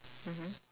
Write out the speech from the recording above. mmhmm